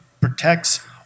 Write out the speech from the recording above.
protects